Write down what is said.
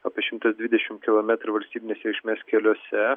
apie šimtas dvidešimt kilometrų valstybinės reikšmės keliuose